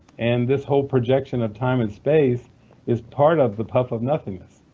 and this whole projection of time and space is part of the puff of nothingness.